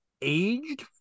aged